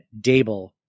Dable